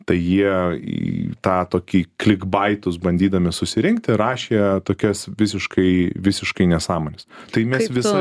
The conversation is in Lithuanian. tai jie į tą tokį klik baitus bandydami susirinkti rašė tokias visiškai visiškai nesąmones tai mes visa